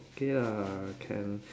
okay lah can